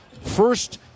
first